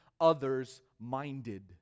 others-minded